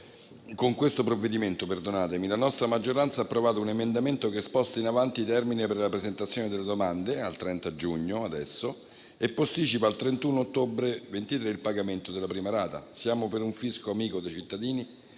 Con questo provvedimento la nostra maggioranza ha approvato un emendamento che sposta in avanti i termini per la presentazione delle domande al 30 giugno, e posticipa al 31 ottobre 2003 il pagamento della prima rata. Siamo per un fisco amico dei cittadini,